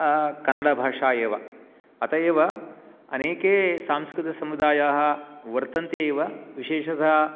कन्नडाभाषा एव अत एव अनेके सांस्कृतसमुदायाः वर्तन्ते एव विशेषतः